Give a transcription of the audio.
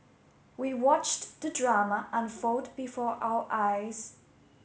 we watched the drama unfold before our eyes